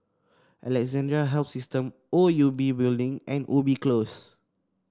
Alexandra Health System O U B Building and Ubi Close